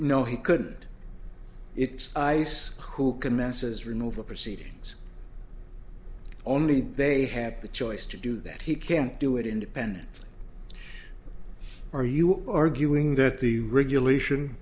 no he couldn't it's ice who can asses removal proceedings only they have the choice to do that he can't do it independently are you arguing that the regulation